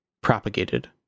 propagated